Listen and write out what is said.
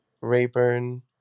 Rayburn